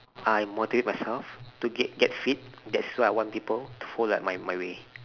I motivate myself to get get fit that's why I want people to foll~ like my my way